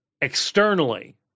externally